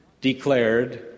declared